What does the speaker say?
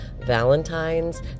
valentines